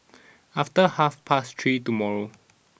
after half past three tomorrow